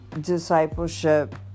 discipleship